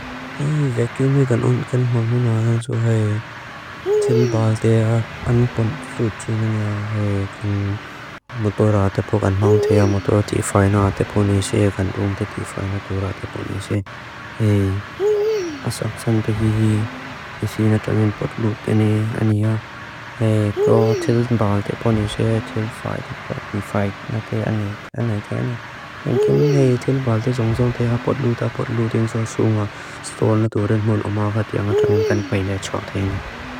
Hei, vekyu megan undkan maungun ayaansu hei til baal te a'a anpan lútsui na niya. Hei, kan mudor a'a tapo kan maung te a'a mudor ti faina a'a tapo ni se, kan rúm te ti faina tu ra'a tapo ni se. Hei, asaksan te hihi misi na chungin pot lútsui na niya. Hei, kao til baal te poni se, til faida pot ti faida na te a'a nei, a'a nei te a'a nei. Hei, inkimne hei til baal te zungzung te a'a pot lúta pot lúten sa'a sunga, stol na duren mun omagat ya'a ngatranen kan pailea choktheine.